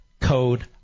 code